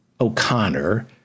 O'Connor